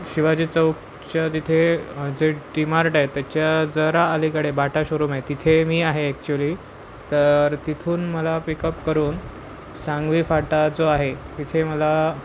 शिवाजी चौकच्या तिथे जे डिमार्ट आहे त्याच्या जरा अलीकडे बाटा शोरूम आहे तिथे मी आहे ॲक्च्युली तर तिथून मला पिकअप करून सांगवी फाटा जो आहे तिथे मला